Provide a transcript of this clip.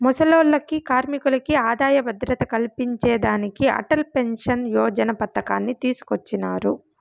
ముసలోల్లకి, కార్మికులకి ఆదాయ భద్రత కల్పించేదానికి అటల్ పెన్సన్ యోజన పతకాన్ని తీసుకొచ్చినారు